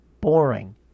boring